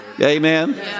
Amen